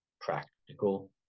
practical